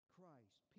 Christ